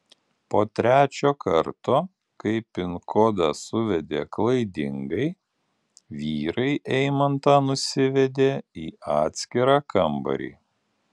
po trečio karto kai pin kodą suvedė klaidingai vyrai eimantą nusivedė į atskirą kambarį